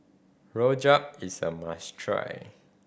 rojak is a must try